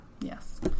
Yes